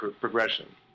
progression